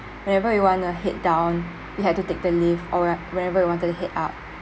whenever we want to head down we had to take the lift or when~ whenever we wanted to head up